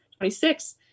26